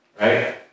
right